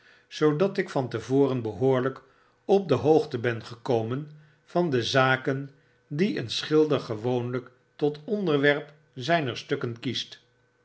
zoodat ik van te voren behoorlyk op de hoogte ben gekomen van de zaken die een schilder gewoonlijk tot onderwerp zijner stukken kiest